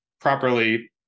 properly